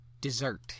dessert